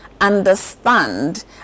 understand